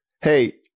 Hey